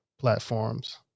platforms